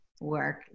work